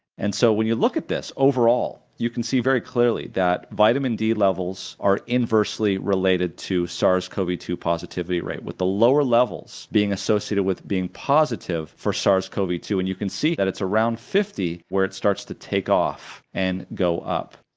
and so when you look at this, overall you can see very clearly that vitamin d levels are inversely related to sars cov two positivity rate with the lower levels being associated with being positive for sars cov two, and you can see that it's around fifty where it starts to take off and go up,